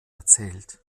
erzählt